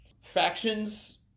Factions